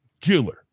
jeweler